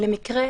נועה,